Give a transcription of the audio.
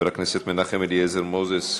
חבר הכנסת מנחם אליעזר מוזס,